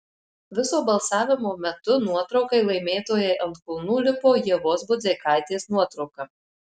viso balsavimo metu nuotraukai laimėtojai ant kulnų lipo ievos budzeikaitės nuotrauka